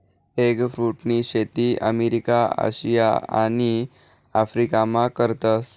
एगफ्रुटनी शेती America, Asia आणि आफरीकामा करतस